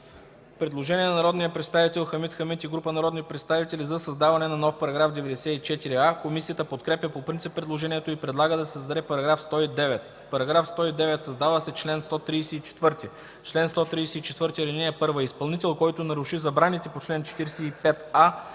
предложение на народния представител Хамид Хамид и група народни представители за създаване на нов § 94а. Комисията подкрепя по принцип предложението и предлага да се създаде § 109: „§ 109. Създава се чл. 134: „Чл. 134 (1) Изпълнител, който наруши забраните по чл. 45а,